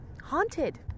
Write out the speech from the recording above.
haunted